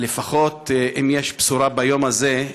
אם יש בשורה ביום הזה,